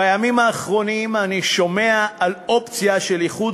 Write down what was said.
בימים האחרונים אני שומע על אופציה של איחוד